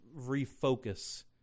refocus